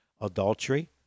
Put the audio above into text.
adultery